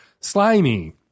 slimy